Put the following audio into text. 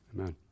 Amen